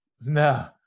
No